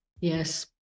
Yes